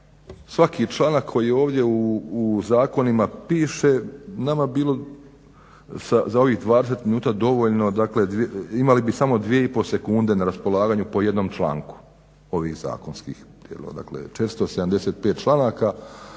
svaki članak koji ovdje u zakonima piše nama bilo za ovih 20 minuta dovoljno dakle imali bi samo 2,5 sekunde na raspolaganju po jednom članku ovih zakonskih.